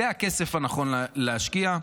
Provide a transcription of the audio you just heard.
זה הכסף הנכון להשקיע.